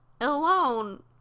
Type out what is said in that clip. alone